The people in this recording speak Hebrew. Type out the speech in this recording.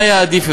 מה היה עדיף,